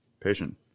Patient